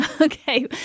Okay